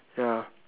ya